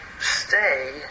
stay